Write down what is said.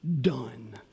done